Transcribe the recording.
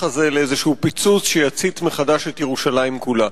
הזה לאיזה פיצוץ שיצית מחדש את ירושלים כולה.